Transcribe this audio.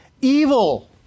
Evil